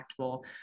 impactful